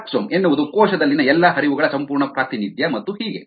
fluxome ಎನ್ನುವುದು ಕೋಶದಲ್ಲಿನ ಎಲ್ಲಾ ಹರಿವುಗಳ ಸಂಪೂರ್ಣ ಪ್ರಾತಿನಿಧ್ಯ ಮತ್ತು ಹೀಗೆ